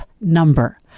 number